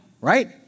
Right